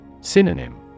SYNONYM